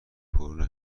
پررو